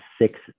six